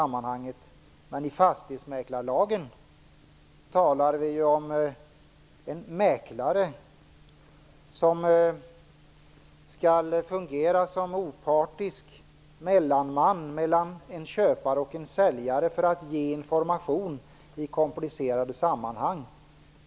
Men i fastighetsmäklarlagen talar man om en mäklare som skall fungera som opartisk mellanman mellan en köpare och en säljare för att ge information i komplicerade sammanhang.